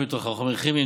חומר כימי,